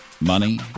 money